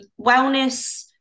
wellness